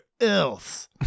else